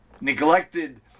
neglected